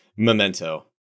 Memento